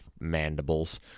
mandibles